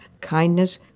kindness